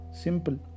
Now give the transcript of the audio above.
Simple